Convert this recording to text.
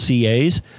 CAs